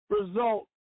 result